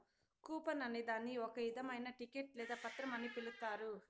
coupon అనే దాన్ని ఒక ఇధమైన టికెట్ లేదా పత్రం అని పిలుత్తారు